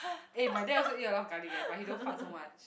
eh my dad also eat a lot of garlic eh but he don't fart so much